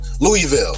Louisville